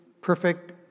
perfect